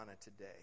today